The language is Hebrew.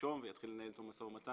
הנישום ויתחיל לנהל איתו משא ומתן.